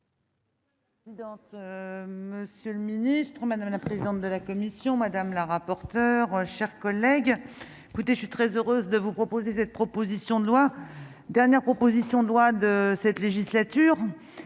Monsieur le ministre, madame la présidente de la commission madame la rapporteure chers. Collègues écoutez, je suis très heureuse de vous proposer cette proposition de loi dernière proposition de loi de cette législature,